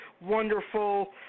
wonderful